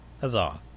huzzah